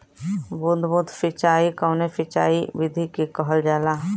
बूंद बूंद सिंचाई कवने सिंचाई विधि के कहल जाला?